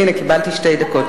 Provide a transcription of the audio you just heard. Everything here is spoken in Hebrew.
הנה, קיבלתי שתי דקות.